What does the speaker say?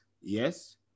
yes